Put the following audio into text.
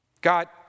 God